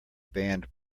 banned